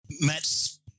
Matt's